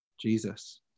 Jesus